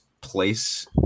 place